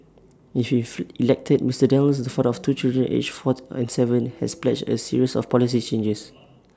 if elected Mr Daniels the father of two children aged four and Seven has pledged A series of policy changes